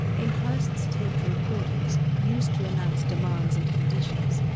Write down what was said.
in hearst's taped recordings, used to announce demands and conditions,